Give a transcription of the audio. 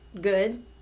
good